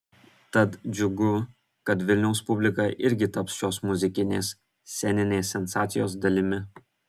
tad džiugu kad vilniaus publika irgi taps šios muzikinės sceninės sensacijos dalimi